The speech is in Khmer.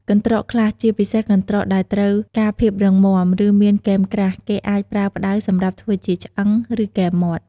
កន្រ្តកខ្លះ ជាពិសេសកន្រ្តកដែលត្រូវការភាពរឹងមាំ ឬមានគែមក្រាស់ គេអាចប្រើផ្តៅសម្រាប់ធ្វើជាឆ្អឹង ឬគែមមាត់។